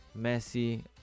Messi